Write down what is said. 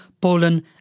Poland